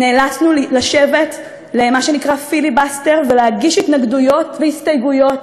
נאלצנו לשבת למה שנקרא פיליבסטר ולהגיש התנגדויות והסתייגויות